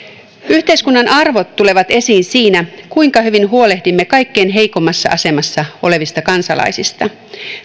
yhteiskunnan arvot tulevat esiin siinä kuinka hyvin huolehdimme kaikkein heikommassa asemassa olevista kansalaisista